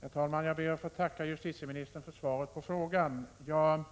Herr talman! Jag ber att få tacka justitieministern för svaret på frågan. Jag